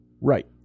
Right